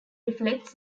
reflects